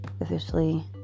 officially